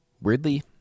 Weirdly